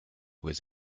was